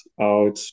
out